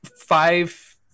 five